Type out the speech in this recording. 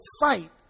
fight